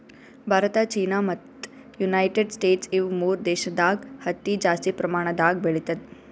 Bharat China ಮತ್ತ್ United States ಇವ್ ಮೂರ್ ದೇಶದಾಗ್ ಹತ್ತಿ ಜಾಸ್ತಿ ಪ್ರಮಾಣದಾಗ್ ಬೆಳಿತದ್